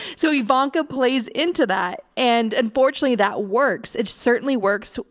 so ivanka plays into that and unfortunately that works. it certainly works.